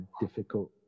difficult